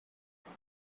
vous